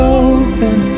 open